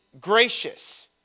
gracious